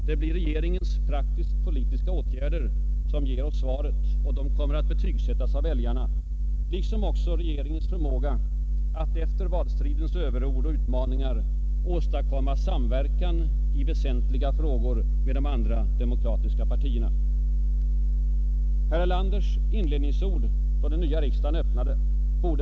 Det blir regeringens praktiska politiska årgärder som ger oss svaret, och de kommer att betygsättas av väljarna, liksom också regeringens förmåga att efter valstridens överord och uppmaningar åstadkomma samverkan i väsentliga frågor med de andra demokratiska partierna.